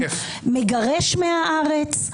מגרש מהארץ,